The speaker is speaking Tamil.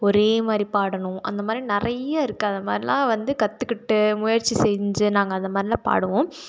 ஒரே மாதிரி பாடணும் அந்த மாதிரி நிறையா இருக்குது அது மாதிரிலாம் வந்து கற்றுக்கிட்டு முயற்சி செஞ்சு நாங்கள் அந்த மாதிரிலாம் பாடுவோம்